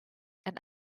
and